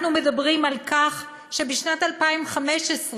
אנחנו מדברים על כך שבשנת 2015,